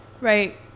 right